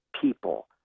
people